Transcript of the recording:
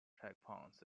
checkpoints